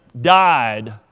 died